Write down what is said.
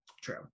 true